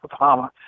Obama